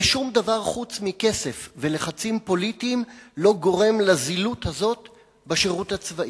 ושום דבר חוץ מכסף ולחצים פוליטיים לא גורם לזילות הזאת בשירות הצבאי.